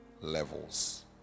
levels